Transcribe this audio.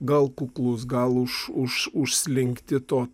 gal kuklūs gal už už užslinkti to